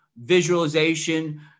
visualization